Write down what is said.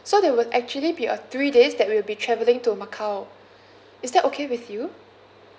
so there will actually be a three days that will be traveling to macau is that okay with you